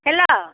hello